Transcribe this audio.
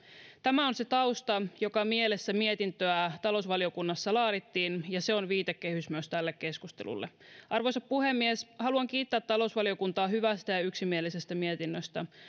tämä on se tausta joka mielessä mietintöä talousvaliokunnassa laadittiin ja se on viitekehys myös tälle keskustelulle arvoisa puhemies haluan kiittää talousvaliokuntaa hyvästä ja yksimielisestä mietinnöstä